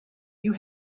you